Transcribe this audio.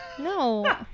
No